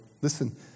Listen